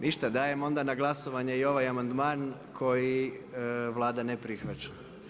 Ništa, dajem onda na glasovanje i ovaj amandman koji Vlada ne prihvaća.